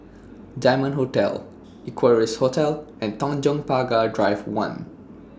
Diamond Hotel Equarius Hotel and Tanjong Pagar Drive one